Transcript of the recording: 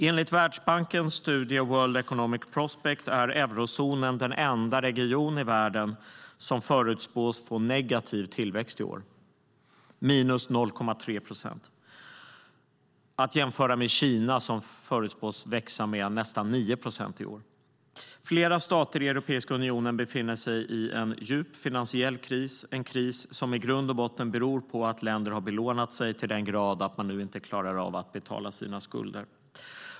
Enligt Världsbankens studie Global Economic Prospects är eurozonen den enda region i världen som förutspås få negativ tillväxt i år, 0,3 procent, att jämföra med Kina som förutspås växa med nästan 9 procent i år. Flera stater i Europeiska unionen befinner sig i en djup finansiell kris, en kris som i grund och botten beror på att länder har belånat sig till den grad att man nu inte klarar av att betala sina skulder.